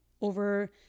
over